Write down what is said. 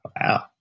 Wow